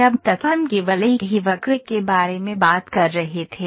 अब तक हम केवल एक ही वक्र के बारे में बात कर रहे थे